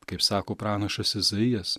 kaip sako pranašas izaijas